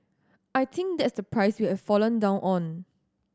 I think that's the prize we have fallen down on